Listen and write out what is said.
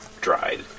dried